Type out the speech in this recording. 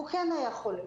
והוא כן היה חולה.